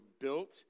built